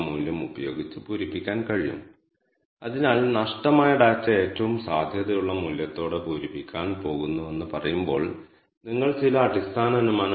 നമ്മൾ മുന്നോട്ട് പോകുമ്പോൾ കെ മീൻസ് ഫംഗ്ഷനെക്കുറിച്ച് ചർച്ച ചെയ്യുമ്പോൾ നമുക്ക് അത് കാണാം